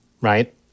right